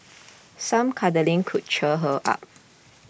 some cuddling could cheer her up